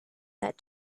that